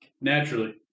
naturally